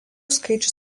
skaičių